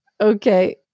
Okay